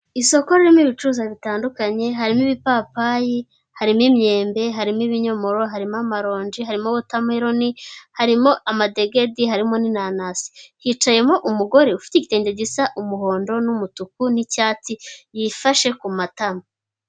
Isoko ririmo ibicuruzwa bitandukanye, harimo ibipapayi, harimo imyembe, harimo ibinyomoro, harimo amaronji, harimo wotameloni, harimo amadegedi, harimo n'inanasi. Hicayemo umugore ufite igitenge gisa umuhondo n'umutuku n'icyatsi yifashe ku matama.